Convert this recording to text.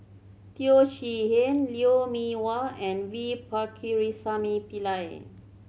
Teo Chee Hean Lou Mee Wah and V Pakirisamy Pillai